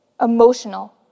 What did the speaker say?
emotional